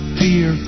fear